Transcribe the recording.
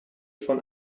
von